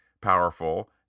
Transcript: powerful